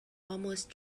almost